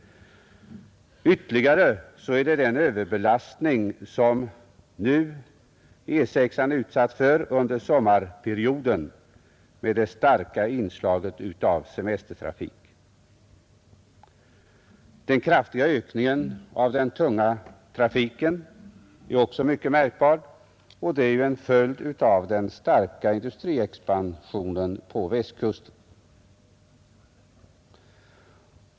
Ytterligare en överbelastning utsätts E 6 för under sommarperioden genom det starka inslaget av semestertrafik. Den kraftiga ökningen av den tunga trafiken är också mycket märkbar, och den är ju en följd av den starka industriexpansionen på Västkusten.